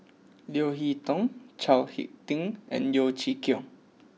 Leo Hee Tong Chao Hick Tin and Yeo Chee Kiong